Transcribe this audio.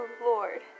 Lord